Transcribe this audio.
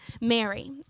Mary